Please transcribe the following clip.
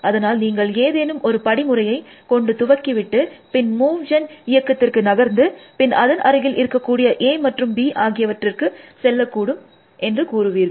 அதனால் நீங்கள் ஏதேனும் ஒரு படிமுறையை கொண்டு துவக்கி விட்டு பின் மூவ் ஜென் இயக்கத்திற்கு நகர்ந்து பின் அதன் அருகில் இருக்கக்கூடிய A மற்றும் B ஆகியவற்றிற்கு செல்ல கூடும் என்று கூறுவீர்கள்